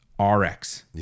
RX